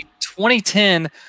2010